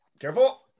careful